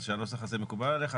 שמקובל עליך,